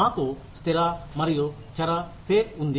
మాకు స్థిర మరియు చర పే ఉంది